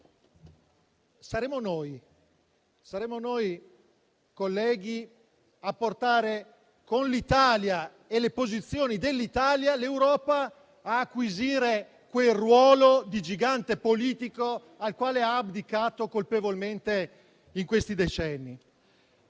Saremo noi, colleghi, a portare l'Europa, con l'Italia e con le posizioni dell'Italia, ad acquisire quel ruolo di gigante politico al quale ha abdicato colpevolmente in questi decenni.